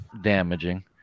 damaging